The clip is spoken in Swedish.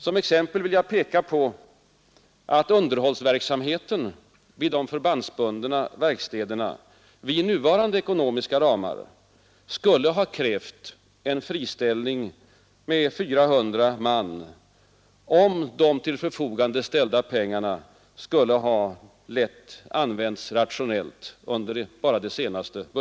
Som exempel vill jag peka på att underhållsverksamheten vid de förbandsbundna verkstäderna med nuvarande ekonomiska ramar skulle ha krävt en friställning bara under det senaste budgetåret med 400 man, om de till förfogande ställda pengarna skulle ha använts rationellt.